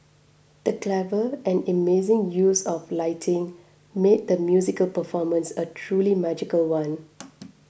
the clever and amazing use of lighting made the musical performance a truly magical one